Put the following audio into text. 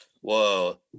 Whoa